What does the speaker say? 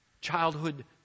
Childhood